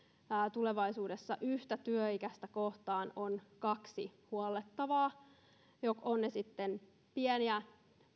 tulevaisuudessa yhtä työikäistä kohden on kaksi huollettavaa ovat ne sitten pieniä